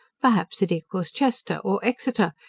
perhaps it equals chester, or exeter,